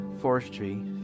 forestry